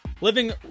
Living